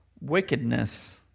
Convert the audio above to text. wickedness